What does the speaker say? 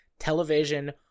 television